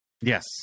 yes